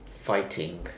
Fighting